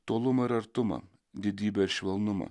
tolumą ir artumą didybę ir švelnumą